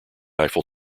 eiffel